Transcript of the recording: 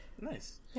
Nice